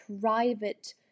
private